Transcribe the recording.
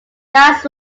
last